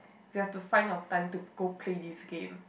you have to find your time to go play this game